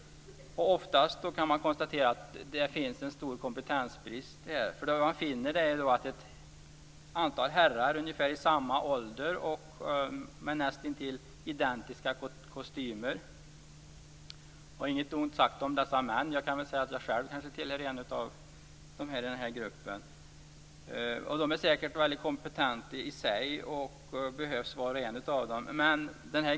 Oftast kan man konstatera att det finns en stor kompetensbrist här. Man finner ett antal herrar i ungefär samma ålder och med näst intill identiska kostymer. Inget ont sagt om dessa män. Jag själv tillhör kanske den här gruppen. De är säkert mycket kompetenta och behövs var och en av dem.